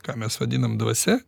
ką mes vadinam dvasia